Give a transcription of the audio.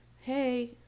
hey